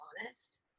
honest